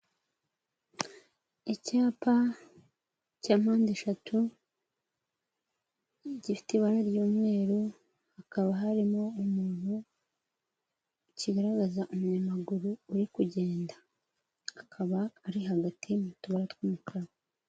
Icyapa cya mpandeshatu gifite ibara ry'umweru hakaba harimo umuntu kigaragaza umunyamaguru uri kugenda akaba ari hagati mu tubara tw'umukara.